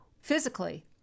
physically